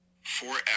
forever